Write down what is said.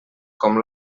com